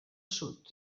sud